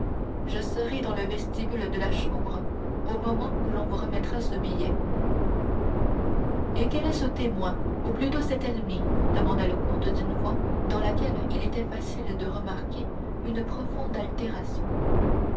je serai dans le vestibule de la chambre au moment où l'on vous remettra ce billet et quel est ce témoin ou plutôt cet ennemi demanda le comte d'une voix dans laquelle il était facile de remarquer une profonde altération